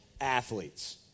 athletes